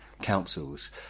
councils